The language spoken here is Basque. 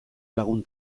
lagun